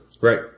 Right